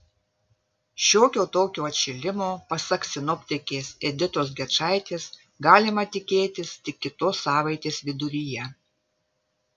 šiokio tokio atšilimo pasak sinoptikės editos gečaitės galima tikėtis tik kitos savaitės viduryje